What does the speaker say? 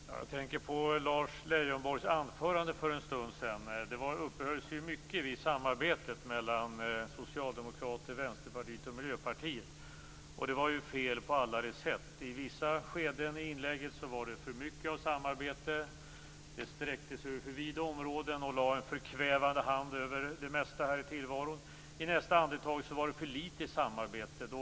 Herr talman! Jag tänker på Lars Leijonborgs anförande för en stund sedan. Han uppehöll sig mycket vid samarbetet mellan Socialdemokraterna, Vänsterpartiet och Miljöpartiet. Det var ju fel på alla de sätt. I vissa skeden i inlägget var det för mycket samarbete. Det sträckte sig över för vida områden och lade en förkvävande hand över det mesta här i tillvaron. I nästa andetag var det för litet samarbete.